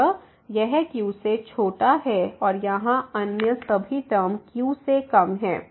अतः यह q से छोटा है और यहाँ अन्य सभी टर्म q से कम हैं